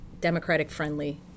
Democratic-friendly